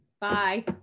Bye